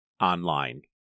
online